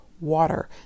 water